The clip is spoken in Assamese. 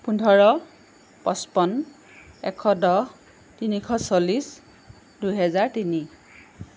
পোন্ধৰ পঁচপন্ন এশ দহ তিনিশ চল্লিছ দুহেজাৰ তিনি